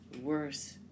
worse